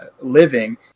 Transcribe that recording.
living